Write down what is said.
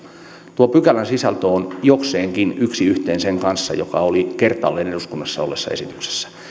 tuon pykälän sisältö on jokseenkin yksi yhteen sen kanssa joka oli kertaalleen eduskunnassa olleessa esityksessä